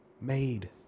made